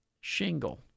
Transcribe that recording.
shingle